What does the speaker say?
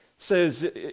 says